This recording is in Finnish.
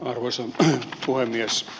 arvoisa puhemies